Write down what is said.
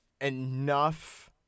enough